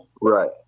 Right